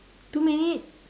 two minute